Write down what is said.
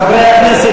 חברי הכנסת,